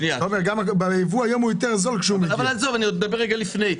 עזוב, אני מדבר רגע לפני.